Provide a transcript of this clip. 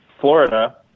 Florida